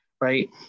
right